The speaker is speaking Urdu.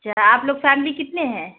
اچھا آپ لوگ فیملی کتنے ہیں